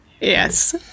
Yes